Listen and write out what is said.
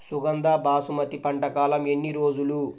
సుగంధ బాసుమతి పంట కాలం ఎన్ని రోజులు?